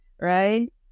Right